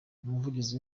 umuvugizi